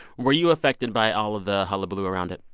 were you affected by all of the hullabaloo around it?